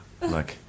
Look